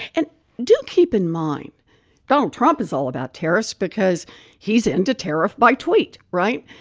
and do keep in mind donald trump is all about tariffs because he's into tariff by tweet. right?